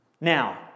Now